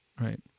right